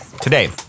today